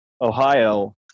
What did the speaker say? Ohio